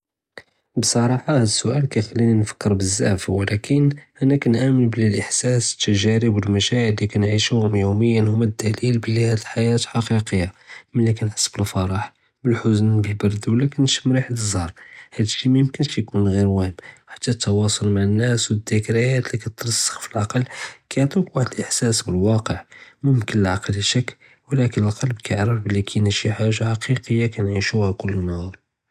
בצרחה האז שׂואל כיכְליני נפקר בזאף ולקין אני כנעמין בלי एहסאס תגארב ו המשاعر לי כנעישוהום יום־יום הומא דלילי בלי האז החייםא חכיקיה מלי כנהס בלפרח בלחזנ בלברד וּלא כןשמ ריחה זהר האז שי מי־ימכּנש יכּון ג׳יר וֹהם ח׳תא תואסול מעא נשא דִכְרִיאת לי כתרסח פֿאלעקל כיעטיוּכ ואחד एहסאס בלוואקיע מֻכנ כּעלעקל יששכּ ולקין אל־לבּ כיערף שי חאג׳ה חכיקיה כנעישוהא כלא נהאר.